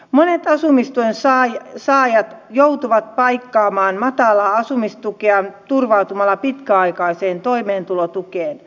monet asumistuen saajat joutuvat paikkaamaan matalaa asumistukeaan turvautumalla pitkäaikaiseen toimeentulotukeen